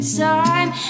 time